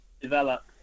develop